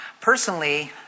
personally